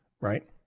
right